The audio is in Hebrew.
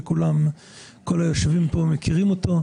שכולם מכירים אותו.